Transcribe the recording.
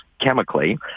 chemically